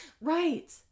right